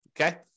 Okay